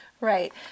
Right